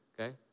okay